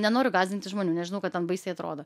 nenoriu gąsdinti žmonių nes žinau kad ten baisiai atrodo